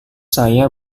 saya